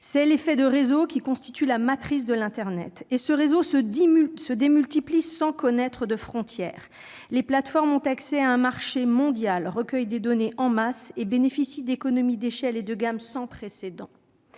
C'est l'effet de réseau, qui constitue la matrice de l'internet. Ce réseau se démultiplie sans connaître de frontières. Les plateformes ont accès à un marché mondial, recueillent des données en masse, et bénéficient d'économies d'échelle et de gamme sans précédent.